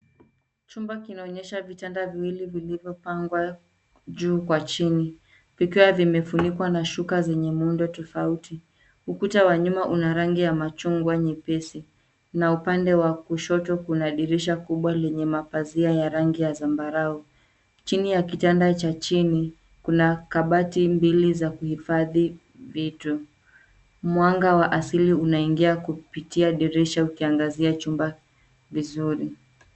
Chumba kinaonyesha vitanda viwili vilivyopangwa juu kwa chini, vikiwa vimefunikwa na shuka zenye muundo tofauti. Ukuta wa nyuma una rangi ya machungwa nyepesi, na upande wa kushoto kuna dirisha kubwa lenye mapazia ya rangi ya zambarau. Chini ya kitanda cha chini, kuna kabati mbili za kuhifadhi vitu. Mwanga wa asili unaingia kupitia dirisha ukiangazia chumba vizuri.